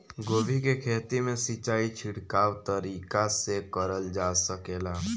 गोभी के खेती में सिचाई छिड़काव तरीका से क़रल जा सकेला?